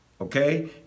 Okay